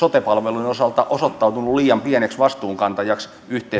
sote palveluiden osalta osoittautunut liian pieneksi vastuunkantajaksi